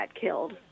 killed